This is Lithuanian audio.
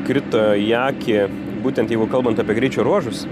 krito į akį būtent jeigu kalbant apie greičio ruožus